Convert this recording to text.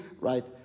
right